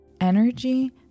energy